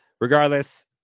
regardless